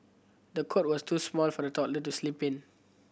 the cot was too small for the toddler to sleep in